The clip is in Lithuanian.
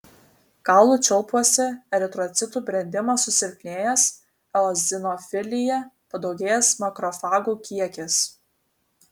kaulų čiulpuose eritrocitų brendimas susilpnėjęs eozinofilija padaugėjęs makrofagų kiekis